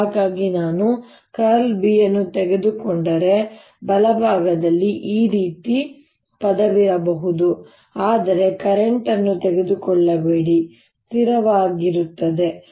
ಹಾಗಾಗಿ ನಾನು ▽× B ಅನ್ನು ತೆಗೆದುಕೊಂಡರೆ ಬಲಭಾಗದಲ್ಲಿ ಈ ರೀತಿಯ ಪದವಿರಬಹುದು ಆದರೆ ಕರೆಂಟ್ ಅನ್ನು ತೆಗೆದುಕೊಳ್ಳಬೇಡಿ ಸ್ಥಿರವಾಗಿರಿ